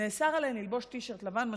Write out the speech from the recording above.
נאסר עליהן ללבוש טי-שירט לבנה,